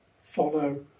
Follow